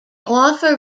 offer